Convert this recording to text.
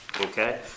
Okay